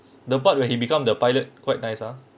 the part when he become the pilot quite nice ah